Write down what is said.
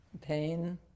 pain